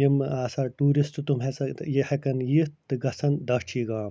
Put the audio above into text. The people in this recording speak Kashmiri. یِم آسان ٹیٛوٗرسٹہٕ تِم ہسا یہِ ہٮ۪کان یِتھ تہٕ گَژھان داچھی گام